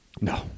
no